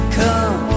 come